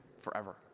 forever